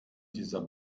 dieser